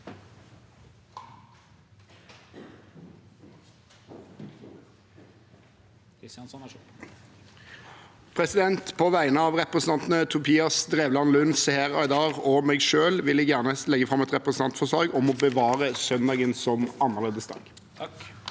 På vegne av re- presentantene Tobias Drevland Lund, Seher Aydar og meg selv vil jeg gjerne legge fram et representantforslag om å bevare søndagen som annerledesdag.